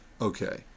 Okay